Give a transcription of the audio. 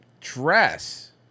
dress